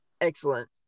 Excellent